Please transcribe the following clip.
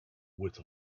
with